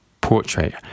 portrait